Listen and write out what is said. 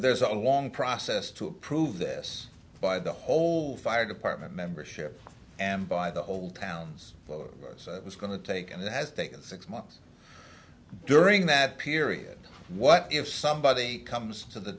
there's a long process to approve this by the whole fire department membership and by the whole towns it's going to take and it has taken six months during that period what if somebody comes to the